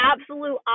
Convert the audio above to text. absolute